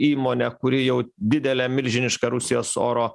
įmonę kuri jau didelė milžiniška rusijos oro